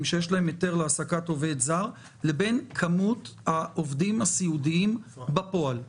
שיש להם היתר להעסקת עובד זר לבין כמות העובדים הסיעודיים בפועל?